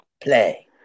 Play